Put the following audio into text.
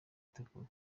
itukura